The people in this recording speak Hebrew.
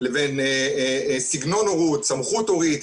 סמכות הורית,